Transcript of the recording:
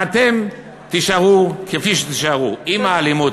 ואתם תישארו כפי שתישארו: עם האלימות,